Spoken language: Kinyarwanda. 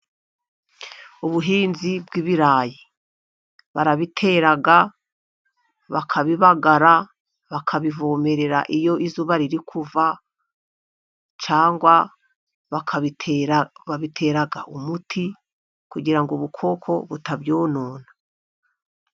Ubuhinzi bw'ibirayi, barabitera, bakabibagara, bakabivomerera iyo izuba riri kuva, cyangwa bakabitera umuti kugira ngo ubukoko butabyonona.